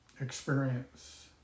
experience